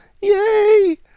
yay